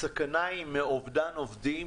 הסכנה היא מאובדן עובדים,